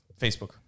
Facebook